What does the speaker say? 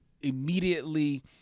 immediately